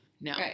No